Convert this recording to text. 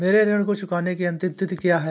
मेरे ऋण को चुकाने की अंतिम तिथि क्या है?